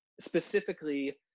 specifically